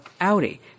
Audi